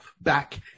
back